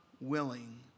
willing